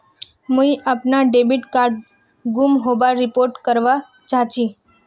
मुई अपना debit card गूम होबार रिपोर्ट करवा चहची